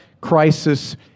crisis